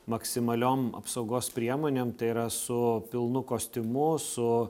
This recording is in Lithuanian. maksimaliom apsaugos priemonėm tai yra su pilnu kostiumu su